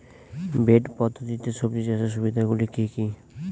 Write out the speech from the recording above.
Bed পদ্ধতিতে সবজি চাষের সুবিধাগুলি কি কি?